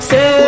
Say